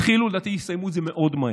התחילו, לדעתי, יסיימו את זה מאוד מהר.